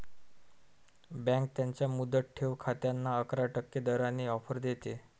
bank त्यांच्या मुदत ठेव खात्यांना अकरा टक्के दराने ऑफर देते